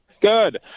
Good